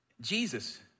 Jesus